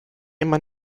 immer